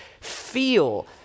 feel